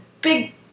big